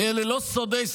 כי אלה לא סודי-סודות,